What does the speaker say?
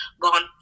gone